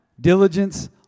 diligence